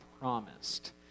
promised